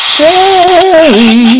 Sherry